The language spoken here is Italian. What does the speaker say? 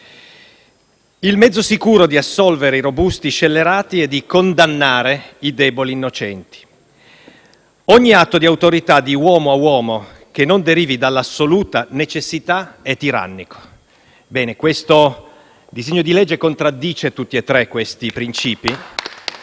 il mezzo sicuro di assolvere i robusti scellerati (…)» è «di condannare i deboli innocenti»; «ogni atto di autorità di uomo a uomo che non derivi dall'assoluta necessità è tirannico». Ebbene, il disegno di legge in esame contraddice tutti e tre questi principi